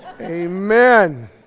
Amen